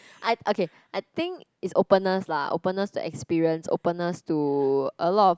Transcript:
I okay I think it's openness lah openness to experience openness to a lot of